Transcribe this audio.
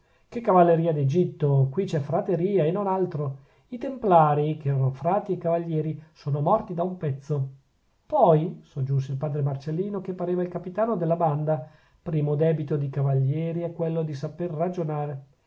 che cavalleria d'egitto qui c'è frateria e non altro i templarii che erano frati e cavalieri son morti da un pezzo poi soggiunse il padre marcellino che pareva il capitano della banda primo debito di cavalieri è quello di saper ragionare